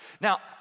now